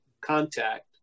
contact